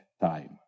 time